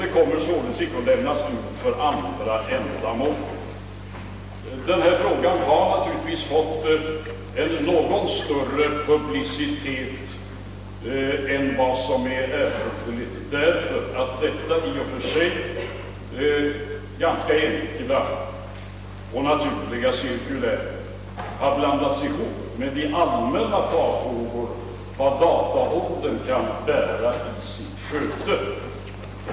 De kommer således inte att lämnas ut för andra ändamål.> Denna sak har ju fått något större publicitet än vad som varit erforderligt eftersom i diskussionen om detta i och för sig ganska enkla och naturliga cirkulär har förts in de allmänna farhågorna för vad dataåldern kan bära i sitt sköte i fråga om sekretessen.